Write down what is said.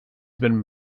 been